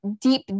deep